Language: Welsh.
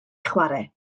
chwarae